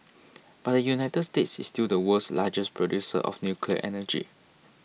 but the United States is still the world's largest producer of nuclear energy